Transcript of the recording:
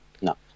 No